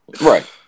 Right